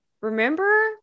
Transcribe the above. Remember